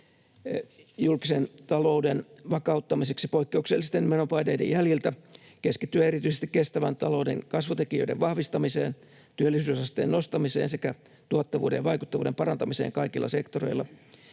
julkisen talouden vakauttamiseksi poikkeuksellisten menopaineiden jäljiltä keskittyen erityisesti kestävän talouden kasvutekijöiden vahvistamiseen, työllisyysasteen nostamiseen sekä tuottavuuden ja vaikuttavuuden parantamiseen kaikilla sektoreilla;